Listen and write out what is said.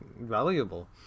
valuable